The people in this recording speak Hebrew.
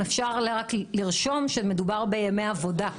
אם אפשר רק לרשום שמדובר בימי עבודה,